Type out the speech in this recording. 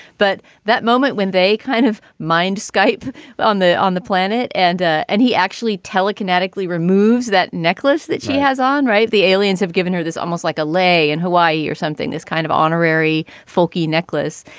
but that moment when they kind of mindscape on on the planet and and he actually telekinetic lee removes that necklace that she has on. right. the aliens have given her this almost like a lay in hawaii or something, this kind of honorary folky necklace.